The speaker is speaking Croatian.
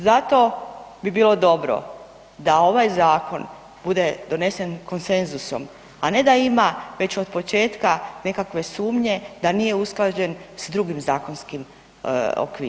Zato bi bilo dobro da ovaj zakon bude donesen konsenzusom, a ne da ima već otpočetka nekakve sumnje da nije usklađen s drugim zakonskim okvirima.